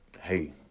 hey